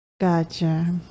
gotcha